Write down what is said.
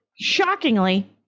shockingly